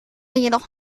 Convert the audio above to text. jedoch